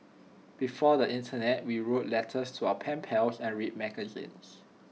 before the Internet we wrote letters to our pen pals and read magazines